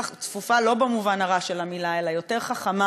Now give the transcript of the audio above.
צפופה לא במובן הרע של המילה, אלא יותר חכמה,